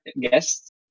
guests